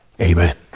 Amen